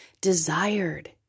desired